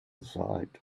side